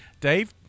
Dave